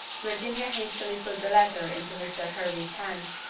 virginia hastily put the letter into mr. hervey's hand,